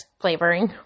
flavoring